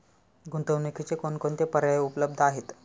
गुंतवणुकीचे कोणकोणते पर्याय उपलब्ध आहेत?